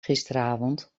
gisteravond